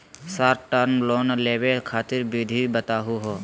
Short term loan लेवे खातीर विधि बताहु हो?